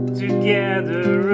together